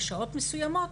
בשעות מסוימות,